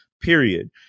period